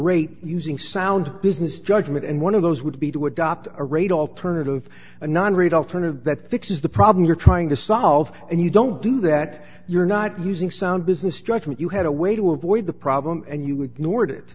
rate using sound business judgment and one of those would be to adopt a rate alternative a non rate alternative that fixes the problem you're trying to solve and you don't do that you're not using sound business judgment you had a way to avoid the problem and you